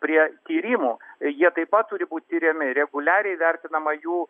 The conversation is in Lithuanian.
prie tyrimų jie taip pat turi būt tiriami reguliariai vertinama jų